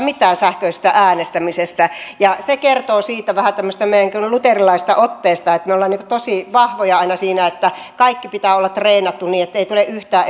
mitään sähköisestä äänestämisestä se kertoo vähän tämmöisestä meidän luterilaisesta otteestamme että me olemme tosi vahvoja aina siinä että kaiken pitää olla treenattu niin ettei tule yhtään